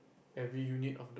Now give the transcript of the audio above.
every unit